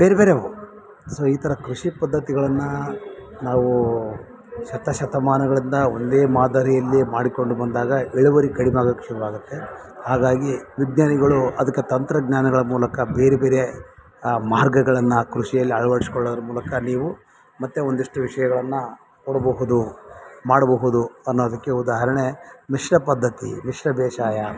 ಬೇರೆಬೇರೆವು so ಈ ಥರ ಕೃಷಿ ಪದ್ದತಿಗಳನ್ನು ನಾವೂ ಶತಶತಮಾನಗಳಿಂದ ಒಂದೇ ಮಾದರಿಯಲ್ಲಿ ಮಾಡಿಕೊಂಡು ಬಂದಾಗ ಇಳುವರಿ ಕಡ್ಮೆಯಾಗಕ್ಕೆ ಶುರುವಾಗುತ್ತೆ ಹಾಗಾಗಿ ವಿಜ್ಞಾನಿಗಳು ಅದಕ್ಕೆ ತಂತ್ರಜ್ಞಾನಗಳ ಮೂಲಕ ಬೇರೆಬೇರೆ ಮಾರ್ಗಗಳನ್ನು ಕೃಷಿಯಲ್ಲಿ ಅಳ್ವಡ್ಸ್ಕೊಳ್ಳೋರ ಮೂಲಕ ನೀವು ಮತ್ತು ಒಂದಿಷ್ಟು ವಿಷಯಗಳನ್ನು ಕೊಡಬಹುದು ಮಾಡಬಹುದು ಅನ್ನೋದಕ್ಕೆ ಉದಾಹರಣೆ ಮಿಶ್ರ ಪದ್ಧತಿ ಮಿಶ್ರ ಬೇಸಾಯ